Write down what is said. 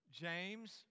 James